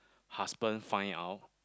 husband find out